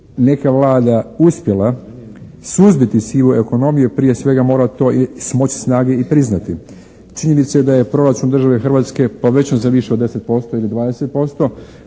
neka Vlada uspjela suzbiti sivu ekonomiju prije svega mora to smoći snage i priznati. Činjenica je da je proračun države Hrvatske povećan za više od 10% ili 20%.